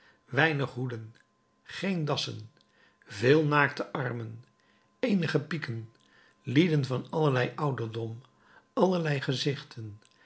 weinig hoeden geen dassen veel naakte armen eenige pieken lieden van allerlei ouderdom allerlei gezichten